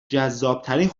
جذابترین